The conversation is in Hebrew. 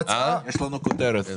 יש לנו כותרת.